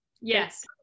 Yes